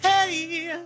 Hey